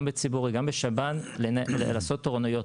גם בציבורי גם בשב"ן לעשות תורנויות.